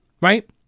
right